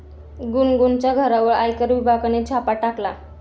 गुनगुनच्या घरावर आयकर विभागाने छापा टाकला